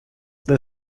the